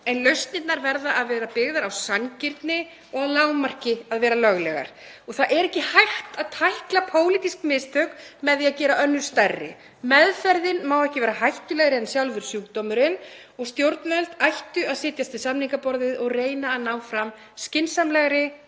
En lausnirnar verða að vera byggðar á sanngirni og að lágmarki að vera löglegar. Það er ekki hægt að tækla pólitísk mistök með því að gera önnur stærri. Meðferðin má ekki vera hættulegri en sjálfur sjúkdómurinn og stjórnvöld ættu að setjast við samningaborðið og reyna að ná fram skynsamlegri